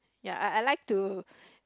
ya I I like to